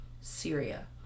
Syria